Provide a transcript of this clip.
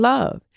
Love